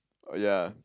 ya